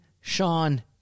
Sean